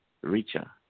richer